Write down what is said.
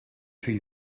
rhy